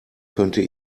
könnte